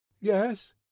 Yes